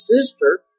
sister